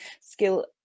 skill